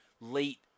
late